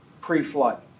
pre-flood